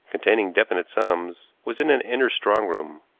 containing definite sums, was in an inner strong-room.